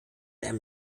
einem